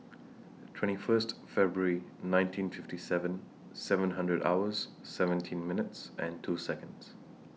twenty First February nineteen fifty seven seven hundred hours seventeen minutes and two Seconds